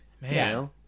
Man